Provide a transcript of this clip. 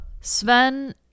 Sven